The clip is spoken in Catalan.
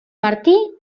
martí